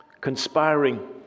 conspiring